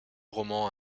roman